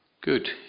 Good